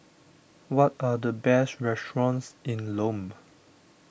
what are the best restaurants in Lome